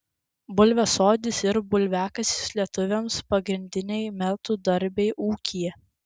bulviasodis ir bulviakasis lietuviams pagrindiniai metų darbai ūkyje